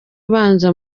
ubanza